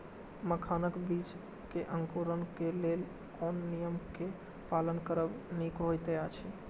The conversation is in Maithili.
मखानक बीज़ क अंकुरन क लेल कोन नियम क पालन करब निक होयत अछि?